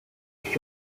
young